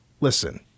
listen